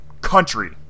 country